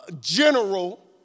general